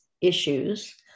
issues